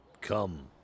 Come